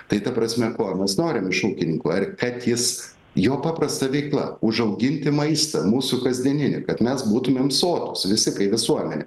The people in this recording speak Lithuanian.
tai ta prasme ko mes norim iš ūkininkų ar kad jis jo paprasta veikla užauginti maistą mūsų kasdieninį kad mes būtumėm sotūs visi kai visuomenė